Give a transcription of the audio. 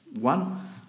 one